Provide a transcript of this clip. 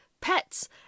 pets